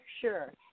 sure